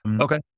Okay